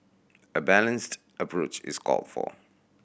a balanced approach is called for